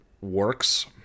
works